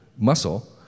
muscle